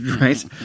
right